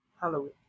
Halloween